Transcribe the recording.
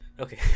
okay